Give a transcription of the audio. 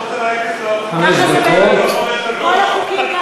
מכובדי היושב-ראש, רבותי וגבירותי, חברי וחברות